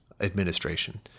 administration